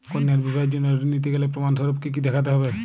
কন্যার বিবাহের জন্য ঋণ নিতে গেলে প্রমাণ স্বরূপ কী কী দেখাতে হবে?